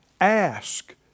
Ask